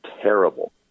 terrible